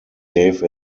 gave